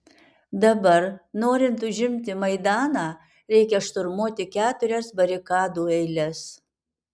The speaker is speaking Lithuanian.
dabar norint užimti maidaną reikia šturmuoti keturias barikadų eiles